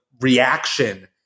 reaction